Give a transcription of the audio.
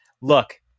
look